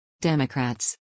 Democrats